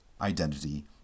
identity